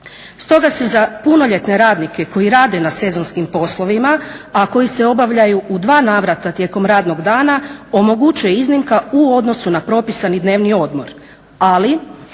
Stoga se za punoljetne radnike koji rade na sezonskim poslovima a koji se obavljaju u dva navrata tijekom radnog dana omogućuje iznimka u odnosu na propisani dnevni odmor. Ali,